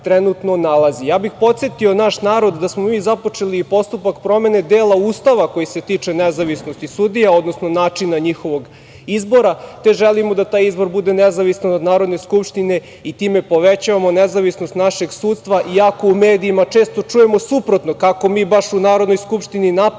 bih podsetio naš narod da smo mi započeli i postupak promene dela Ustava koji se tiče nezavisnosti sudija, odnosno načina njihovog izbora, te želimo da taj izbor bude nezavistan od Narodne skupštine i time povećavamo nezavisnost našeg sudstva, iako u medijima često čujemo suprotno, kako mi baš u Narodnoj skupštini napadamo